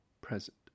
present